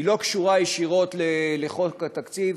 היא לא קשורה ישירות לחוק התקציב,